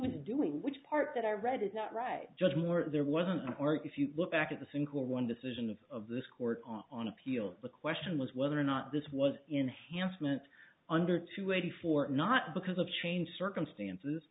was doing which part that i read is that right judge moore there wasn't or if you look back at the single one decision of of this court on appeal the question was whether or not this was enhanced meant under two eighty four not because of changed circumstances